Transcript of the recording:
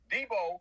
Debo